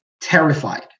terrified